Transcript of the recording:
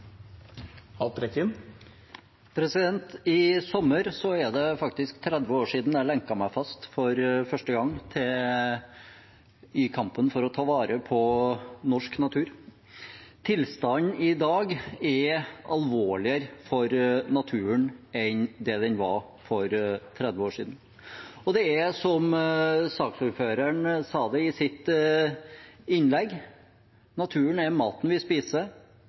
det faktisk 30 år siden jeg lenket meg fast for første gang i kampen for å ta vare på norsk natur. Tilstanden i dag er alvorligere for naturen enn den var for 30 år siden. Det er slik, som saksordføreren sa i sitt innlegg, at naturen er maten vi spiser,